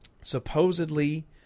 supposedly